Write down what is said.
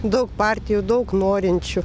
daug partijų daug norinčių